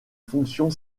fonction